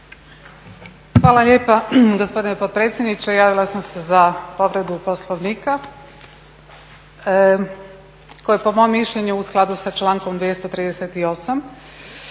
Hvala lijepa gospodine potpredsjedniče. Javila sam se za povredu Poslovnika koje je po mom mišljenju u skladu sa člankom 238.